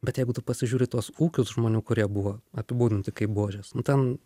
bet jeigu tu pasižiūri į tuos ūkius žmonių kurie buvo apibūdinti kaip buožės nu ten